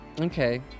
Okay